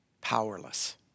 powerless